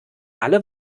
alle